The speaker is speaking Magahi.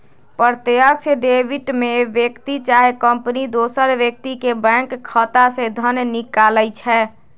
प्रत्यक्ष डेबिट में व्यक्ति चाहे कंपनी दोसर व्यक्ति के बैंक खता से धन निकालइ छै